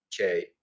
Okay